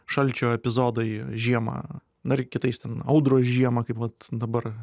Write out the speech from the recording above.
šalčio epizodai žiemą dar kitais ten audros žiemą kaip vat dabar